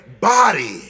body